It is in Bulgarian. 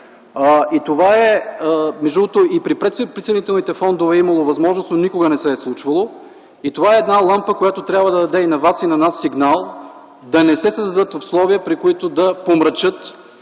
Между другото и при предприсъединителните фондове е имало възможност, но никога не се случвало, и това е една лампа, която трябва да даде и на Вас и на нас сигнал да не се създадат условия, при които да се помрачи